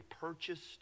purchased